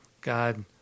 God